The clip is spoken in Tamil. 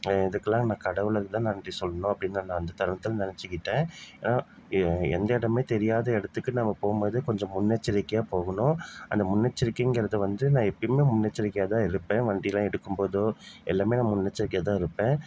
இதுக்கெல்லாம் நான் கடவுளுக்கு தான் நன்றி சொல்ணும் அப்படின்னு நான் அந்த தருணத்தில் நெனைச்சிக்கிட்டேன் ஏன்னா எந்த இடம்னே தெரியாத இடத்துக்கு நம்ம போகும்போது கொஞ்சம் முன்னெச்சரிக்கையாக போகணும் அந்த முன்னெச்சரிக்கைங்கிறது வந்து நான் எப்பயுமே முன்னெச்சரிக்கையாக தான் இருப்பேன் வண்டிலாம் எடுக்கும்போதோ எல்லாம் நான் முன்னெச்சரிக்கையாக தான் இருப்பேன்